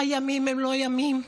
הימים הם לא ימים.